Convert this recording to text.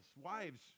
wives